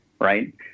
right